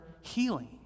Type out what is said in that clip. healing